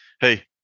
hey